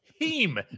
team